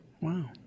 Wow